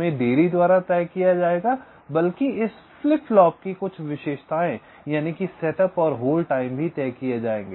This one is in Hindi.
में देरी द्वारा तय किया जाएगा बल्कि इस फ्लिप फ्लॉप की कुछ विशेषताएं यानि कि सेटअप और होल्ड टाइम भी तय किए जायेंगे